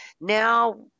Now –